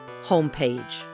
homepage